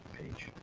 page